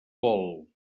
vol